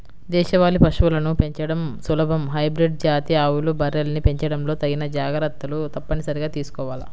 దేశవాళీ పశువులను పెంచడం సులభం, హైబ్రిడ్ జాతి ఆవులు, బర్రెల్ని పెంచడంలో తగిన జాగర్తలు తప్పనిసరిగా తీసుకోవాల